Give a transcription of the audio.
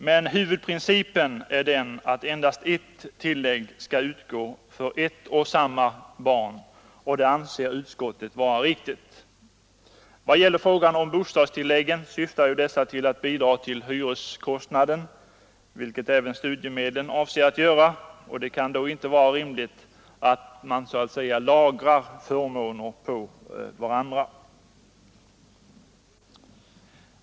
Men huvudprincipen är att endast ett tillägg skall utgå för ett och samma barn, och det anser utskottet vara riktigt. Bostadstilläggens syfte är ju att bidra till hyreskostnaden, vilket är avsikten även med studiemedlen. Det kan då inte vara rimligt att man så att säga lagrar förmåner på varandra.